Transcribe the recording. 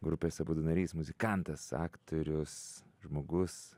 grupės abudu narys muzikantas aktorius žmogus